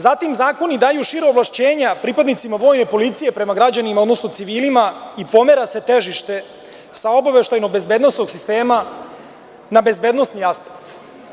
Zatim, zakoni daju šira ovlašćenja pripadnicima vojne policije prema građanima, odnosno civilima i pomera se težište sa obaveštajno-bezbednosnog sistema na bezbednosni aspekt.